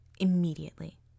immediately